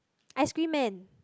ice cream man